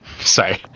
sorry